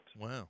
Wow